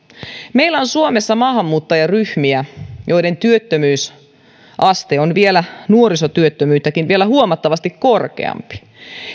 meillä on suomessa maahanmuuttajaryhmiä joiden työttömyysaste on vielä nuorisotyöttömyyttäkin huomattavasti korkeampi